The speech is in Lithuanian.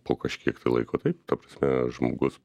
po kažkiek tai laiko taip ta prasme žmogus